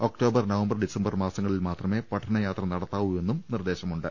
October November December മാസങ്ങളിൽ മാത്രമേ പഠനയാത്ര നടത്താവൂ എന്നും നിർദ്ദേശമുണ്ട്